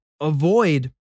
avoid